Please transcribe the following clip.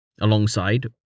alongside